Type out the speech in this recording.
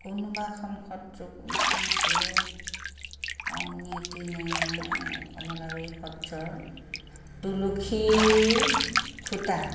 কোনোবা এখন সত্ৰ কোনখন আছিলে আউনীআটী নে কমলাবাৰী সত্ৰৰ তুলসীৰ খুঁটা